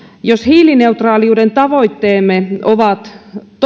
jos hiilineutraaliuden tavoitteemme ovat